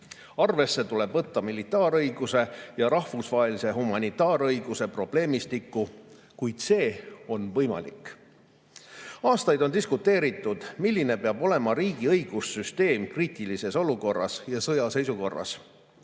Arvesse tuleb võtta militaarõiguse ja rahvusvahelise humanitaarõiguse probleemistikku. Kuid see on võimalik. Aastaid on diskuteeritud, milline peab olema riigi õigussüsteem kriitilises olukorras ja sõjaseisukorras.